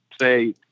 say